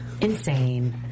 insane